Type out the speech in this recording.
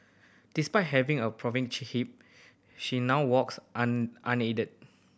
despite having a hip she now walks unaided